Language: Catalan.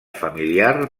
familiar